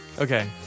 Okay